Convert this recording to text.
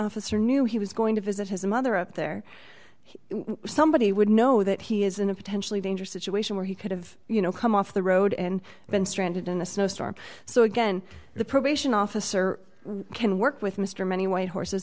officer knew he was going to visit his mother up there somebody would know that he is in a potentially dangerous situation where he could have you know come off the road and been stranded in a snowstorm so again the probation officer can work with mr many white horses